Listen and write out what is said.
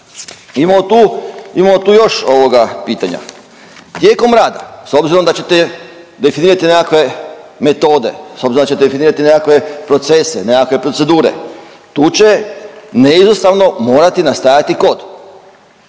imamo tu još pitanja. Tijekom rada s obzirom da ćete definirati nekakve metode, s obzirom da ćete definirati nekakve procese, nekakve procedure tu će neizostavno morati nastajati kod.